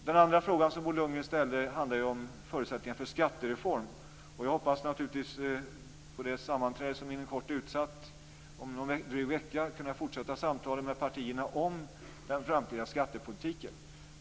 Den andra frågan som Bo Lundgren ställde handlade om förutsättningar för en skattereform. Jag hoppas naturligtvis att på det sammanträde som inom kort är utsatt - om drygt en vecka - kunna fortsätta samtalen med partierna om den framtida skattepolitiken.